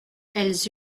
elles